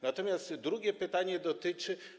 Natomiast drugie pytanie dotyczy.